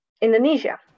Indonesia